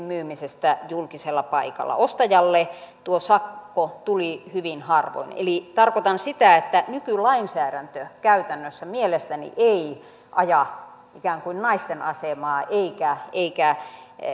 myymisestä julkisella paikalla ostajalle tuo sakko tuli hyvin harvoin tarkoitan sitä että nykylainsäädäntö käytännössä mielestäni ei aja ikään kuin naisten asemaa eikä